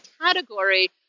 category